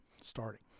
starting